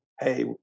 Hey